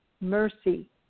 mercy